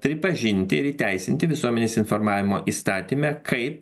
pripažinti ir įteisinti visuomenės informavimo įstatyme kaip